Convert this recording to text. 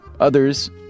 others